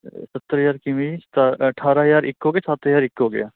ਸੱਤਰ ਹਜ਼ਾਰ ਕਿਵੇਂ ਸਤਾ ਅਠਾਰਾਂ ਹਜ਼ਾਰ ਇਕ ਹੋ ਗਿਆ ਸੱਤ ਹਜ਼ਾਰ ਇੱਕ ਹੋ ਗਿਆ